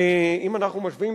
אם אנחנו משווים,